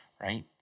Right